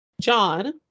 John